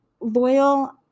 loyal